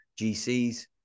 GCs